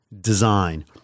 design